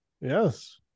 Yes